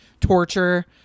torture